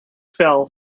fell